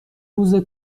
روز